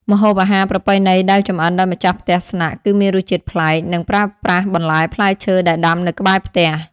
ម្ហូបអាហារប្រពៃណីដែលចម្អិនដោយម្ចាស់ផ្ទះស្នាក់ គឺមានរសជាតិប្លែក និងប្រើប្រាស់បន្លែផ្លែឈើដែលដាំនៅក្បែរផ្ទះ។